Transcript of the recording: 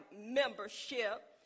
membership